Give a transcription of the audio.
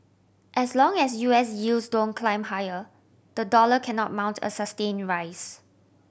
as long as U S yields don't climb higher the dollar cannot mount a sustained rise